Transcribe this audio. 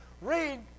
Read